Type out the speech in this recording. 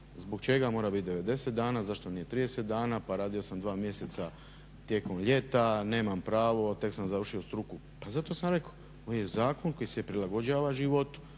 Zbog čega mora biti 90 dana, zašto nije 30 dana, pa radio sam 2 mjeseca tijekom ljeta nemam pravo, tek sam završio struku. Pa zato sam rekao, ovo je zakon koji se prilagođava životu